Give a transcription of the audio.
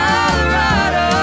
Colorado